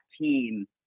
team